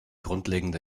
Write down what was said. grundlegende